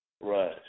Right